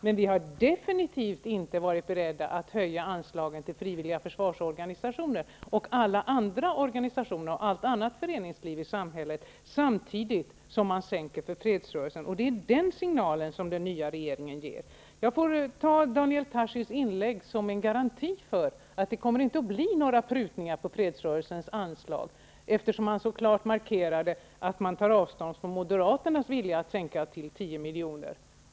Däremot har vi definitivt inte varit beredda att höja anslagen till frivilliga försvarsorganisationer, alla andra organisationer och allt annat föreningsliv i samhället samtidigt som man sänker anslaget till fredsrörelsen. Det är den signalen som den nya regeringen ger. Jag får ta Daniel Tarschys inlägg som en garanti för att det inte kommer att bli några prutningar på anslagen till fredsrörelserna, eftersom han så klart markerade att man tar avstånd från moderaternas vilja att sänka till 10 miljoner.